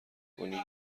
کنی